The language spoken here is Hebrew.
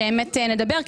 שנדבר,